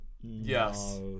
Yes